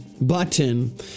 button